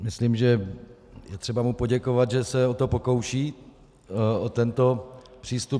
Myslím, že je třeba mu poděkovat, že se o to pokouší, o tento přístup.